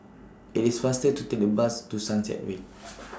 IT IS faster to Take The Bus to Sunset Way